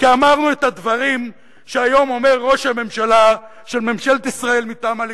כי אמרנו את הדברים שהיום אומר ראש הממשלה של ממשלת ישראל מטעם הליכוד.